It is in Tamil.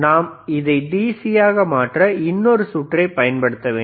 நாம் அதை டிசியாக மாற்ற இன்னொரு சுற்றை பயன்படுத்த வேண்டும்